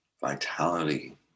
vitality